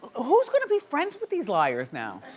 who's gonna be friends with these liars now?